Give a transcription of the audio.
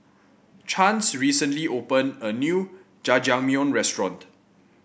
Chance recently opened a new Jajangmyeon Restaurant